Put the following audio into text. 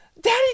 daddy